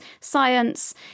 science